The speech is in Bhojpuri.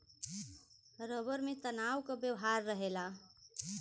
रबर में तनाव क व्यवहार रहेला